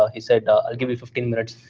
ah he said i'll give you fifteen minutes.